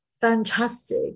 fantastic